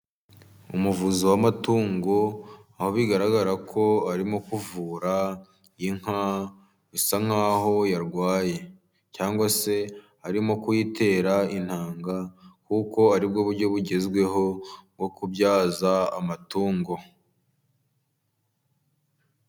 Umuvuzi w'amatungo aho bigaragara ko arimo kuvura inka, bisa nk'aho yarwaye, cyangwa se arimo kuyitera intanga, kuko ari bwo buryo bugezweho bwo kubyaza amatungo.